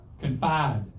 Confide